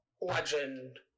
legend